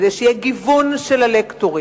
כדי שיהיה גיוון של הלקטורים,